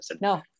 No